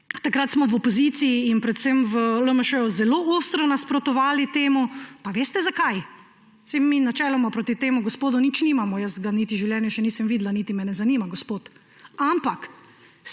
Takrat smo v opoziciji in predvsem v LMŠ zelo ostro nasprotovali temu. Pa veste zakaj? Saj mi načeloma proti temu gospodu nič nimamo, jaz ga niti v življenju še nisem videla, niti me ne zanima gospod. Ampak